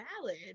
valid